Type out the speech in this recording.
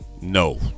No